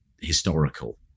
historical